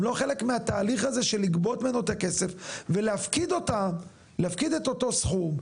הם לא חלק מהתהליך הזה של לגבות את הכסף ולהפקיד את אותו סכום,